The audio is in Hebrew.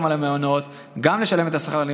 קרן זו כוללת תנאים מיטיבים,